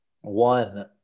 One